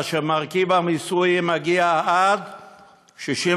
אשר מרכיב המיסוי עליהם מגיע עד 65%,